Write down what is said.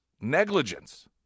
negligence